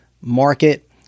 market